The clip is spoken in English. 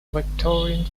victorian